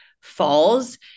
falls